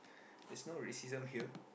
there's no racism here